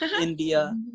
India